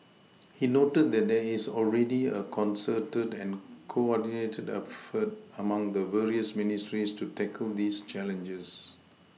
he noted that there is already a concerted and coordinated effort among the various ministries to tackle these challenges